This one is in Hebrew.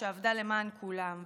שעבדה למען כולם,